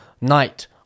night